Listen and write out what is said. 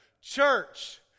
Church